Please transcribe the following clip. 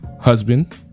husband